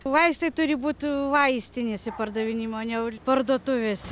vaistai turi būti vaistinėse pardavinėjami o ne parduotuvėse